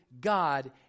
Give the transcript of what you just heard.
God